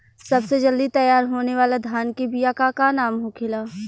सबसे जल्दी तैयार होने वाला धान के बिया का का नाम होखेला?